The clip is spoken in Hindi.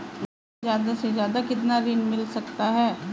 मुझे ज्यादा से ज्यादा कितना ऋण मिल सकता है?